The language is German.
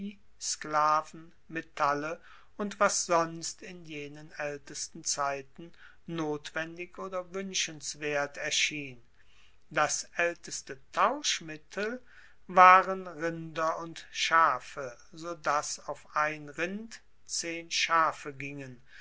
sklaven metalle und was sonst in jenen aeltesten zeiten notwendig oder wuenschenswert erschien das aelteste tauschmittel waren rinder und schafe so dass auf ein rind zehn schafe gingen